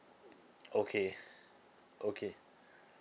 okay okay